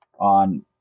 on